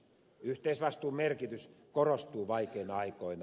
yhteisvastuun merkitys korostuu vaikeina aikoina